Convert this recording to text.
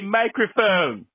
microphone